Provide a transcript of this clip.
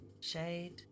Shade